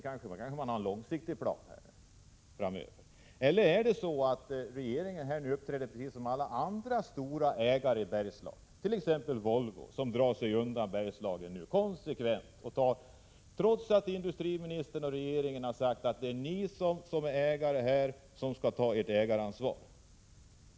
Man kanske har en långsiktig plan framöver. Uppträder regeringen precis som alla andra stora ägare, t.ex. Volvo, som drar sig undan Bergslagen konsekvent trots att industriministern och regeringen sagt att de skall ta sitt ägaransvar?